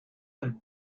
del